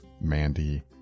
Mandy